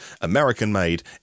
American-made